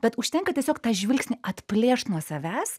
bet užtenka tiesiog tą žvilgsnį atplėšt nuo savęs